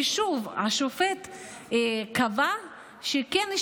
ושוב השופט קבע שכן,